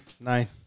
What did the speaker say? Nine